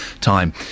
time